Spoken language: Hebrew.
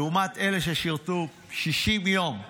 ואלה ששירתו 60 יום בעזה,